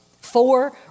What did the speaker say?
Four